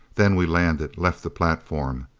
then we landed, left the platform.